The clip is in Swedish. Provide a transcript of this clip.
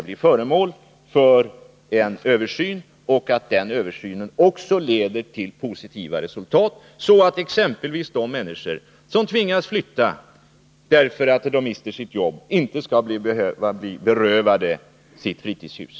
Jag utgår också ifrån att den översynen även leder till positiva resultat, så att exempelvis de människor som tvingas flytta därför att de mister sina jobb inte skall behöva bli berövade sina fritidshus.